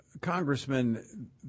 Congressman